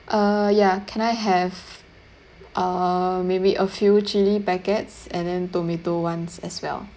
uh ya can I have uh maybe a few chili packets and then tomato ones as well